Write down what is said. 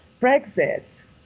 Brexit